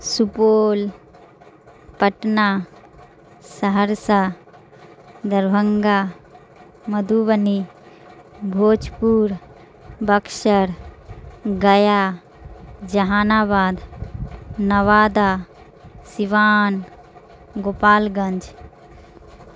Supaul Patna Saharsa Darbhanga Madhubani Bhojpur Buxar Gaya Jahanabad Nawada Siwan Gopal Ganj